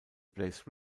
plays